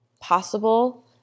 possible